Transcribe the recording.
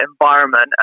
environment